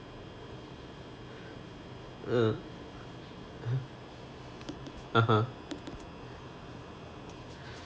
mm (uh huh)